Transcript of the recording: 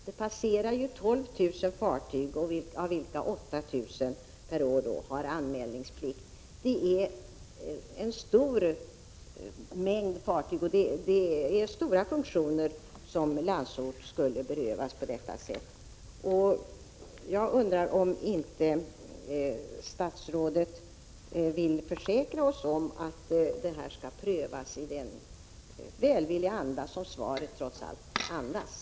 Det passerar ju 12 000 fartyg av vilka 8 000 per år har anmälningsplikt. Det är en stor mängd fartyg, och det handlar om stora funktioner som Landsort skulle berövas på detta sätt. Jag undrar om inte statsrådet vill försäkra oss om att frågan kommer att prövas i den välvilliga anda som svaret trots allt andas.